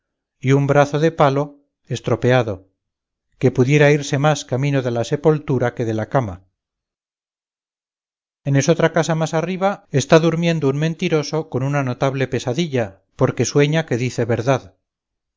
y un brazo de palo estropeado que pudiera irse más camino de la sepoltura que de la cama en esotra casa más arriba está durmiendo un mentiroso con una notable pesadilla porque sueña que dice verdad